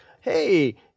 hey